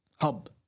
hub